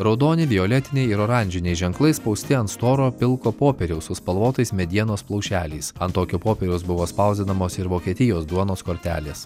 raudoni violetiniai ir oranžiniai ženklai spausti ant storo pilko popieriaus su spalvotais medienos plaušeliais ant tokio popieriaus buvo spausdinamos ir vokietijos duonos kortelės